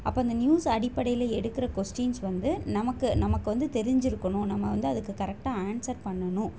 அப்போ அந்த நியூஸ் அடிப்படையில் எடுக்கிற கொஸ்டின்ஸ் வந்து நமக்கு நமக்கு வந்து தெரிஞ்சிருக்கணும் நம்ம வந்து அதுக்கு கரெக்டாக ஆன்சர் பண்ணணும்